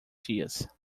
dias